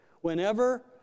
Whenever